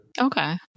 Okay